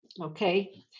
okay